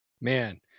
Man